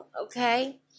okay